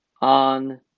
on